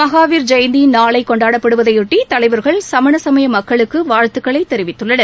மகாவீர் ஜெயந்தி நாளை கொண்டாடப்படுவதையொட்டி தலைவர்கள் சமண சமய மக்களுக்கு வாழ்த்துக்களை தெரிவித்துள்ளனர்